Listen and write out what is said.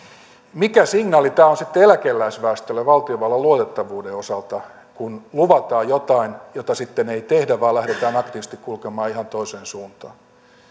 mikä signaali tämä on sitten eläkeläisväestölle valtiovallan luotettavuuden osalta kun luvataan jotain jota sitten ei tehdä vaan lähdetään aktiivisesti kulkemaan ihan toiseen suuntaan